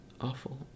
awful